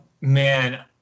man